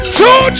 two